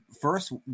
first